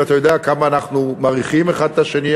ואתה יודע כמה אנחנו מעריכים אחד את השני,